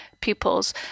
pupils